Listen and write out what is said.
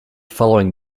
following